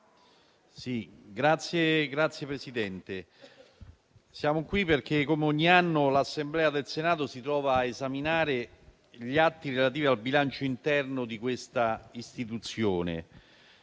Signor Presidente, siamo qui perché, come ogni anno, l'Assemblea del Senato si trova a esaminare gli atti relativi al bilancio interno di questa istituzione.